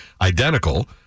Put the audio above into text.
identical